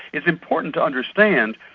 it's important to understand,